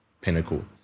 pinnacle